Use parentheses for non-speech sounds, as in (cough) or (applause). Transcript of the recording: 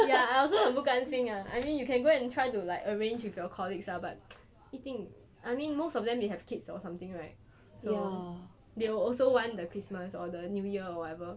ya I also 很不甘心 ah you can go and like try to arrange with your colleagues ah but (noise) 一定 I mean most of them have kids or something right so they will always want the christmas or the new year or whatever